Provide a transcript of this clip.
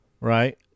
right